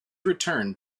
returned